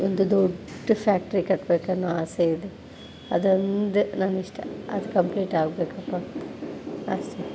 ಒಂದು ದೊಡ್ಡ ಫ್ಯಾಕ್ಟ್ರಿ ಕಟ್ಟಬೇಕು ಅನ್ನೋ ಆಸೆ ಇದೆ ಅದೊಂದೆ ನನ್ನಿಷ್ಟ ಅದು ಕಂಪ್ಲೀಟ್ ಆಗಬೇಕಪ್ಪ ಅಷ್ಟೆ